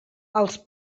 els